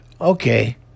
Okay